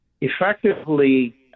effectively